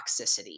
toxicity